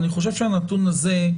אני חושב שהנתון הזה,